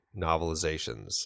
novelizations